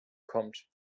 kommt